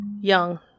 young